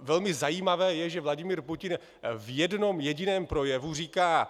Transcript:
Velmi zajímavé je, že Vladimír Putin v jednom jediném projevu říká: